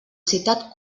citat